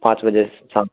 پانچ بجے شام